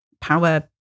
power